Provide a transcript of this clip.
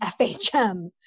FHM